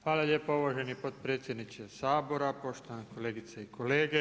Hvala lijepo uvaženi potpredsjedniče Sabora, poštovane kolegice i kolege.